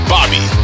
Bobby